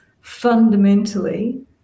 fundamentally